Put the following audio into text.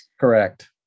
Correct